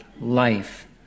life